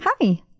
Hi